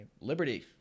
liberty